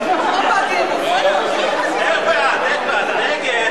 להביע אי-אמון בממשלה לא נתקבלה.